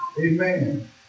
Amen